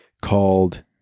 called